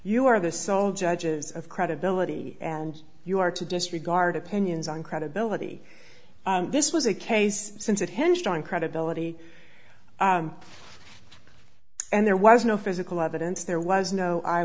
you are the sole judges of credibility and you are to disregard opinions on credibility this was a case since it hinged on credibility and there was no physical evidence there was no